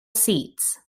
seats